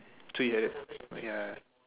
three heard ya